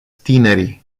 tinerii